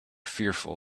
fearful